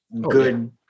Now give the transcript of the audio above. good